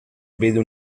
vedo